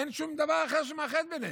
אין שום דבר אחר שמאחד ביניהם.